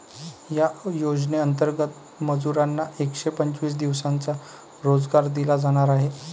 या योजनेंतर्गत मजुरांना एकशे पंचवीस दिवसांचा रोजगार दिला जाणार आहे